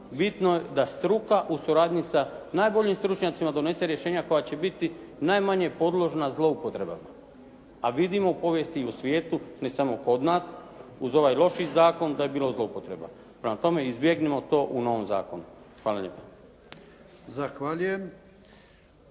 bitno da struka u suradnji sa najboljim stručnjacima donese rješenja koja će biti najmanje podložna zloupotrebama. A vidimo u povijesti i u svijetu ne samo kod nas uz ovaj lošiji zakon da je bilo zloupotreba. Prema tome, izbjegnimo to u novom zakonu. Hvala lijepa.